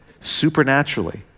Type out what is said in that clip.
supernaturally